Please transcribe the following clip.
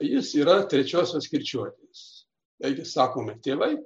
jis yra trečiosios kirčiuotės taigi sakome tėvai